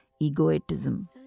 egoism